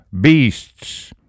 beasts